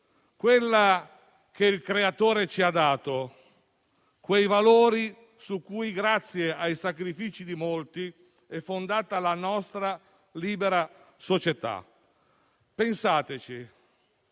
quella che il Creatore ci ha dato, quei valori su cui, grazie ai sacrifici di molti, è fondata la nostra libera società. Pensateci